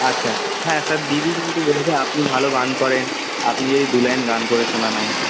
আচ্ছা আচ্ছা হ্যাঁ স্যার দিদি কিন্তু বলেছে আপনি ভালো গান করেন আপনি যদি দু লাইন গান করে শোনান আমাকে